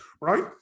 Right